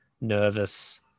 nervous